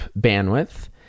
bandwidth